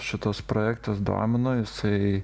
šitas projektas domino jisai